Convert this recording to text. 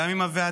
גם עם הוועדה,